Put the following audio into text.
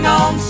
on